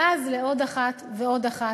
ואז לעוד אחת ועוד אחת,